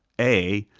a,